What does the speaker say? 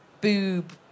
boob